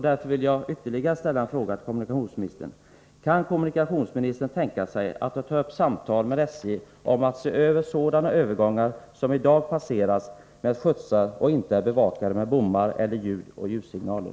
Därför vill jag ställa ännu en fråga till kommunikationsministern: Kan kommunikationsministern tänka sig att ta upp samtal med SJ om att se över sådana övergångar som i dag passeras med skolskjutsar och inte är bevakade med bommar eller ljudoch ljussignaler?